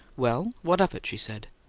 well, what of it? she said.